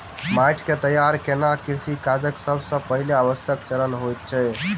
माइट के तैयार केनाई कृषि काजक सब सॅ पहिल आवश्यक चरण होइत अछि